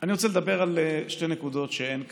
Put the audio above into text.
אני רוצה לדבר על שתי נקודות שאין כאן,